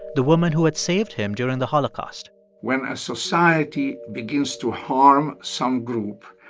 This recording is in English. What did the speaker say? the woman who had saved him during the holocaust when a society begins to harm some group,